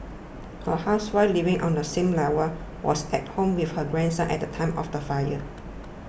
a housewife living on the same level was at home with her grandson at time of the fire